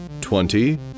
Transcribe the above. twenty